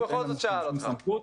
אין לנו שם שום סמכות.